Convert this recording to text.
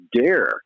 dare